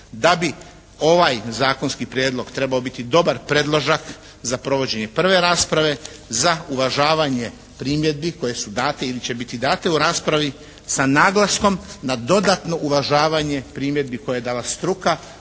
da bi ovaj zakonski prijedlog trebao biti dobar predložak za provođenje prve rasprave za uvažavanje primjedbi koje su date ili će biti date u raspravi sa naglaskom na dodatno uvažavanje primjedbi koje je dala struka,